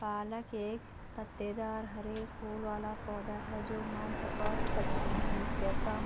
पालक एक पत्तेदार हरे फूल वाला पौधा है जो मध्य और पश्चिमी एशिया का